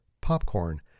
popcorn